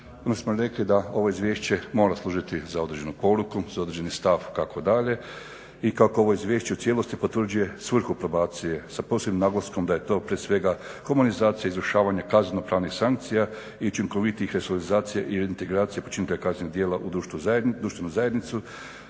Onda smo rekli da ovo izvješće mora služiti za određenu poruku, za određeni stav kako dalje. I kako ovo izvješće u cijelosti potvrđuje svrhu probacije sa posebnim naglaskom da je to prije svega humanizacija izvršavanja kazneno pravnih sankcija i učinkovitijih resocijalizacija i integracija počinitelja kaznenih u društvenu zajednicu.